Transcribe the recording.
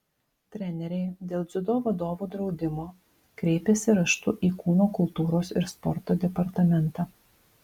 treneriai dėl dziudo vadovų draudimo kreipėsi raštu į kūno kultūros ir sporto departamentą